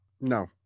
No